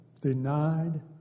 denied